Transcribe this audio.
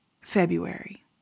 February